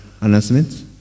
announcement